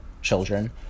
children